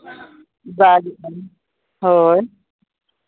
ᱵᱟᱨ ᱦᱳᱭ